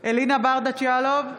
אלינה ברדץ' יאלוב,